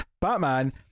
Batman